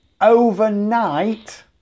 Overnight